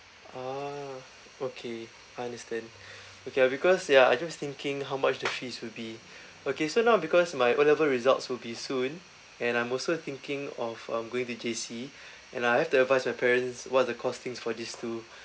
ah okay understand okay ya because ya I just thinking how much the fees will be okay so now because my O level results will be soon and I'm also thinking of um going to J_C and I have to advise my parents what are the costings for these two